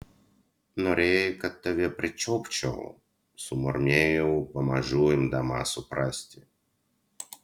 norėjai kad tave pričiupčiau sumurmėjau pamažu imdama suprasti